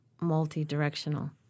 multi-directional